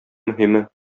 мөһиме